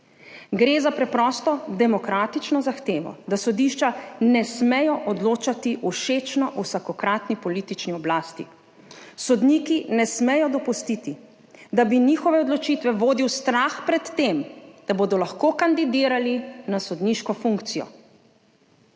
Gre za preprosto demokratično zahtevo, da sodišča ne smejo odločati všečno vsakokratni politični oblasti. Sodniki ne smejo dopustiti, da bi njihove odločitve vodil strah pred tem, ali bodo lahko kandidirali na sodniško funkcijo,